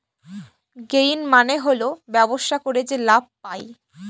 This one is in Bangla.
গেইন মানে হল ব্যবসা করে যে লাভ পায়